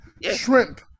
Shrimp